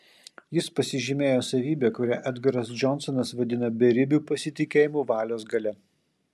jis pasižymėjo savybe kurią edgaras džonsonas vadina beribiu pasitikėjimu valios galia